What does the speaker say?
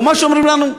מה שהם אומרים לנו: